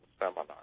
seminar